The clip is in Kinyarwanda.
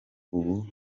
ubu